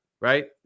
right